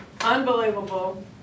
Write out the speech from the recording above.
unbelievable